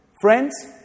Friends